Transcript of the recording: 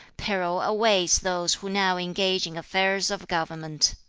peril awaits those who now engage in affairs of government